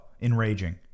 enraging